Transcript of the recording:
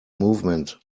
movement